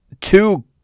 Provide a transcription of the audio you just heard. two